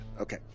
okay